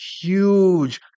huge